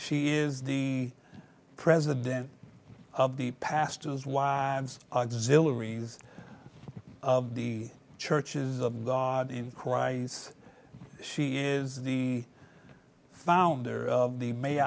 she is the president of the pastor's wife auxilary use of the churches of god in christ she is the founder of the may